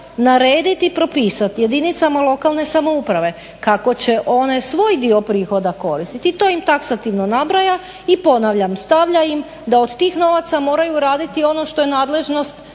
narediti i propisati jedinicama lokalne samouprave kako će one svoj dio prihoda koristiti i to im taksativno nabraja i ponavljam stavlja im da od tih novaca moraju raditi ono što je nadležnost